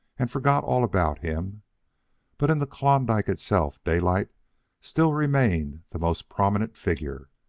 and forgot all about him but in the klondike itself daylight still remained the most prominent figure.